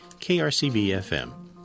KRCB-FM